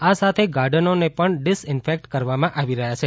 આ સાથે ગાર્ડનોને પણ ડિસઇન્ફેક્ટ કરવામાં આવી રહ્યા છે